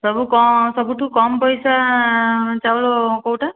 ସବୁଠୁ କମ୍ ସବୁଠୁ କମ୍ ପଇସା ଚାଉଳ କେଉଁଟା